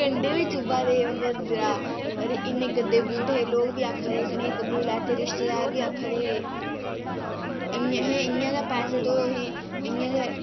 कंडे बी चुब्भा दे हे उं'दे अंदरा अदे इन्ने गंदे बूट हे लोक बी आखा दे कनेह् बूट लैते रिश्तेदार बी आखा दे हे इ'यां गै इ'यां अहें पैसें तोह् इ'यां गै